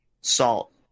salt